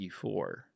E4